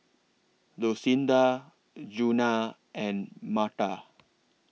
Lucinda Djuna and Myrta